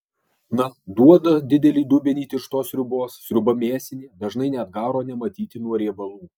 na duoda didelį dubenį tirštos sriubos sriuba mėsinė dažnai net garo nematyti nuo riebalų